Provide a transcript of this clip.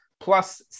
plus